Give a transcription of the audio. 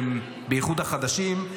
בייחוד החדשים,